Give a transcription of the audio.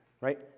right